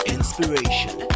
Inspiration